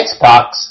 Xbox